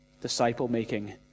disciple-making